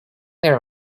there